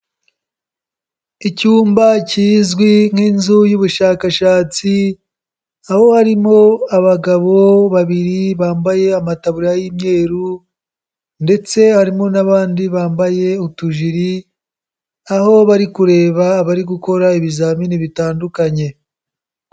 Icyumba kizwi nk'inzu y'ubushakashatsi aho harimo abagabo babiri bambaye amatabura y'imyeru ndetse harimo n'abandi bambaye utujiri aho bari kureba abari gukora ibizamini bitandukanye.